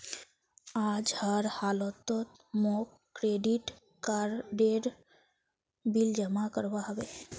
आज हर हालौत मौक क्रेडिट कार्डेर बिल जमा करवा होबे